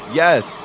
yes